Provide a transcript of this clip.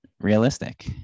realistic